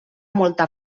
molta